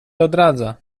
odradza